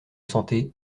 santé